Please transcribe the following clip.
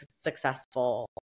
successful